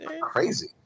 crazy